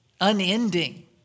unending